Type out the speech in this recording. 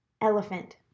Elephant